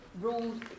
ruled